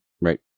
Right